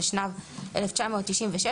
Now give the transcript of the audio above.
התשנ"ו-1996,